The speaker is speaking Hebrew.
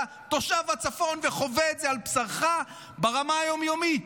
אתה תושב הצפון וחווה את זה על בשרך ברמה היום-יומית.